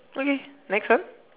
okay next one